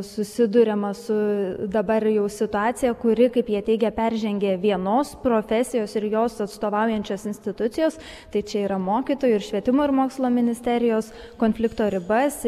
susiduriama su dabar jau situacija kuri kaip jie teigia peržengė vienos profesijos ir jos atstovaujančios institucijos tai čia yra mokytojų ir švietimo ir mokslo ministerijos konflikto ribas